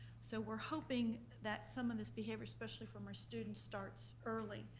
so we're hoping that some of this behavior, especially from our students starts early,